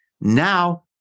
Now